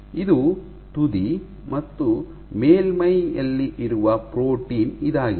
ಇದು ತುದಿ ಮತ್ತು ಮೇಲ್ಮೈಯಲ್ಲಿ ಇರುವ ಪ್ರೋಟೀನ್ ಇದಾಗಿದೆ